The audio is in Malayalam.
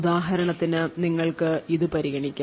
ഉദാഹരണത്തിന് നിങ്ങൾക്ക് ഇത് പരിഗണിക്കാം